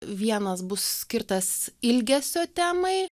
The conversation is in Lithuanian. vienas bus skirtas ilgesio temai